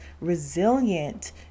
resilient